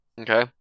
Okay